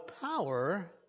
power